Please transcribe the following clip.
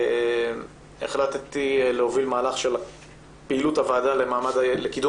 החלטתי להוביל מהלך של פעילות הועדה לקידום